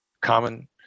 Common